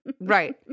right